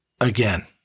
Again